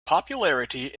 popularity